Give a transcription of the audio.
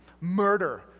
murder